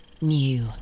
new